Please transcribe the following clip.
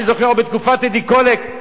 אני זוכר בתקופת טדי קולק,